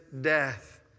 death